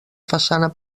façana